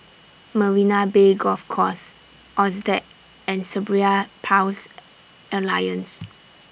Marina Bay Golf Course Altez and Cerebral Palsy Alliance